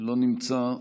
לא נמצא,